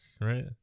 right